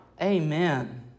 Amen